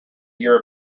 your